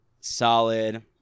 Solid